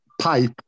pipe